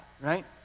right